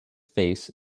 face